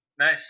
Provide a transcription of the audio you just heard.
Nice